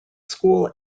school